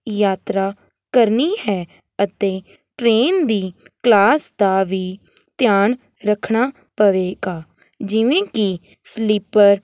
ਯਾਤਰਾ ਕਰਨੀ ਹੈ ਅਤੇ ਟਰੇਨ ਦੀ ਕਲਾਸ ਦਾ ਵੀ ਧਿਆਨ ਰੱਖਣਾ ਪਵੇਗਾ ਜਿਵੇਂ ਕਿ ਸਲੀਪਰ